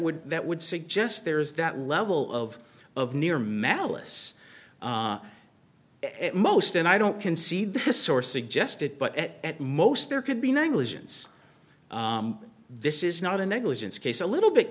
would that would suggest there's that level of of near malice most and i don't concede this source suggested but at most there could be negligence this is not a negligence case a little bit